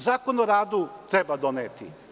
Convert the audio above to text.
Zakon o radu treba doneti.